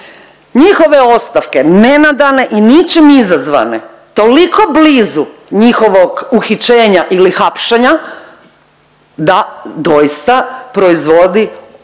njihove ostavke nenadane i ničim izazvane toliko blizu njihovog uhićenja ili hapšenja da doista proizvodi